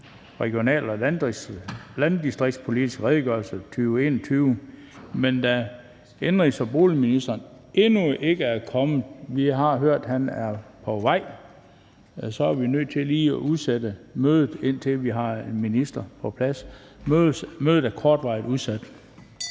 jeg dette som vedtaget. Det er vedtaget. Da indenrigs- og boligministeren endnu ikke er kommet – vi har hørt, at han er på vej – er vi nødt til lige at udsætte mødet, indtil vi har en minister på plads. Mødet er udsat.